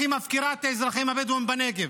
איך היא מפקירה את האזרחים הבדואים בנגב.